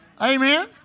Amen